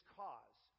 cause